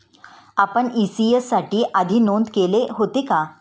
आपण इ.सी.एस साठी आधी नोंद केले होते का?